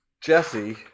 Jesse